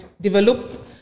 develop